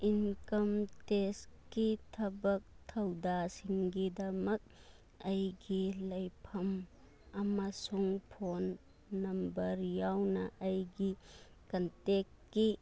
income ꯇꯦꯛꯁꯀꯤ ꯊꯕꯛ ꯊꯧꯗꯥꯉꯁꯤꯡꯒꯤꯗꯃꯛ ꯑꯩꯒꯤ ꯂꯩꯐꯃ ꯑꯃꯁꯨꯡ ꯐꯣꯟ ꯅꯝꯕꯔ ꯌꯥꯎꯅ ꯑꯩꯒꯤ ꯀꯟꯇꯦꯛꯀꯤ